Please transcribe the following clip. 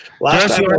Last